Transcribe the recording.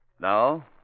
Now